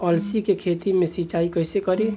अलसी के खेती मे सिचाई कइसे करी?